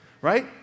right